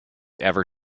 ever